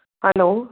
hello